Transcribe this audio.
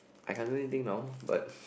I can't really think now but